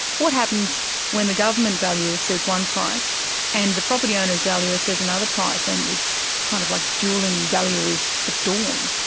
what happens when the government valuer says one price and the property owner's valuer says another price, and it's kind of like duelling valuers at ah dawn.